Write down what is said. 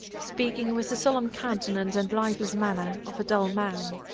speaking with the solemn countenance and lifeless manner of a dull man.